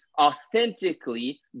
authentically